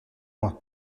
moi